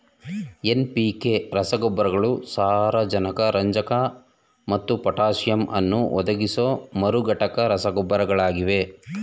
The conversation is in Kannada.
ಎನ್.ಪಿ.ಕೆ ರಸಗೊಬ್ಬರಗಳು ಸಾರಜನಕ ರಂಜಕ ಮತ್ತು ಪೊಟ್ಯಾಸಿಯಮ್ ಅನ್ನು ಒದಗಿಸುವ ಮೂರುಘಟಕ ರಸಗೊಬ್ಬರಗಳಾಗಿವೆ